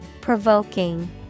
Provoking